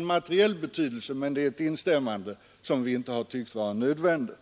materiell betydelse, men det är ändå ett instämmande som vi inte har funnit nödvändigt.